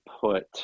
put